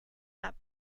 not